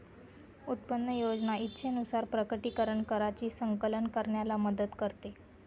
उत्पन्न योजना इच्छेनुसार प्रकटीकरण कराची संकलन करण्याला मदत करते